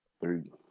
three